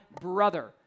brother